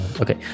okay